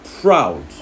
proud